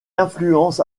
influences